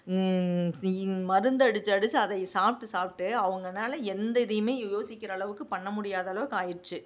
மருந்து அடித்து அடித்து அதை சாப்பிட்டு சாப்பிட்டு அவங்கனால எந்த இதையுமே யோசிக்கிற அளவுக்கு பண்ண முடியாத அளவுக்கு ஆயிடுச்சு